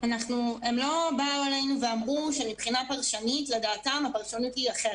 הם לא באו אלינו ואמרו שמבחינה פרשנית לדעתם הפרשנות היא אחרת.